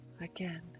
again